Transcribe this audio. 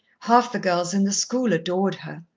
half the girls in the school adored her.